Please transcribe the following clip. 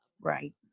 Right